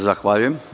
Zahvaljujem.